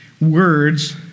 words